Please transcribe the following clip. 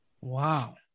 Wow